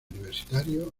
universitario